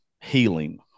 healing